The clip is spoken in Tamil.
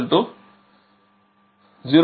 P1 0